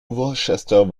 worcester